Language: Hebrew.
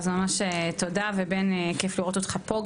אז ממש תודה ובן כיף לראות אותך פה,